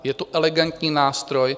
Je to elegantní nástroj.